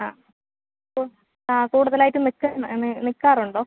ആ ഓ ആ കൂടുതൽ ആയിട്ട് നിൽക്കുന്ന നിൽക്കാറുണ്ടോ